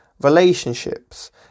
relationships